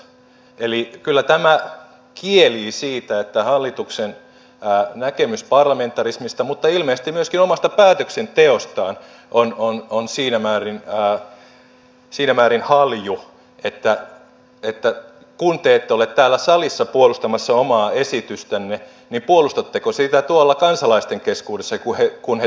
eli kyllä tämä kielii siitä että hallituksen näkemys parlamentarismista mutta ilmeisesti myöskin omasta päätöksenteostaan on siinä määrin halju että kun te ette ole täällä salissa puolustamassa omaa esitystänne niin puolustatteko sitä tuolla kansalaisten keskuudessa kun he tulevat kysymään